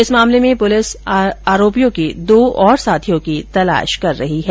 इस मामले में पुलिस आरोपियों के दो और साथियों की तलाश कर रही है